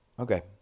Okay